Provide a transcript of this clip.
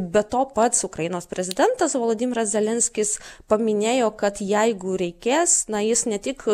be to pats ukrainos prezidentas volodymyras zelenskis paminėjo kad jeigu reikės na jis ne tik